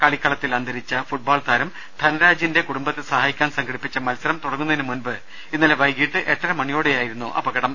കളിക്കളത്തിൽ അന്തരിച്ച ഫുട്ബോൾ താരം ധനരാജിന്റെ കുടുംബത്തെ സഹായിക്കാൻ സംഘടിപ്പിച്ച മത്സരം തുടങ്ങുന്നതിനു മുൻപ് ഇന്നലെ വൈകീട്ട് എട്ടര മണിയോടെയായിരുന്നു അപകടം